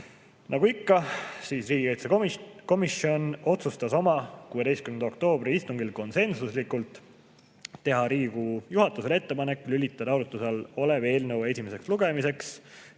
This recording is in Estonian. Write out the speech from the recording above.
Nagu ikka, riigikaitsekomisjon otsustas oma 16. oktoobri istungil konsensuslikult teha Riigikogu juhatusele ettepaneku lülitada arutluse all olev eelnõu esimeseks lugemiseks